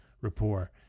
rapport